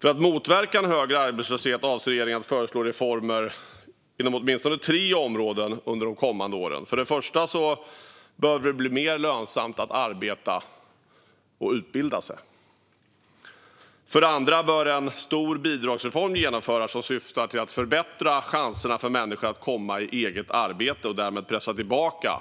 För att motverka en högre arbetslöshet avser regeringen att föreslå reformer inom åtminstone tre områden under de kommande åren. För det första behöver det bli mer lönsamt att arbeta och utbilda sig. För det andra bör en stor bidragsreform genomföras som syftar till att förbättra chanserna för människor att komma i eget arbete och därmed pressa tillbaka